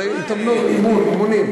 זה אימונים.